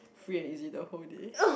free and easy the whole day